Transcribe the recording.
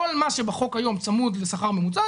כל מה שבחוק היום צמוד לשכר הממוצע,